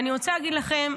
אני רוצה להגיד לכם,